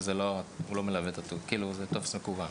זה טופס מקוון.